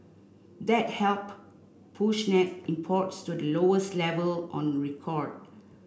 that help push net imports to the lowest level on record